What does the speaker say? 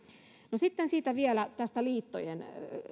no sitten vielä liittojen